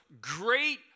great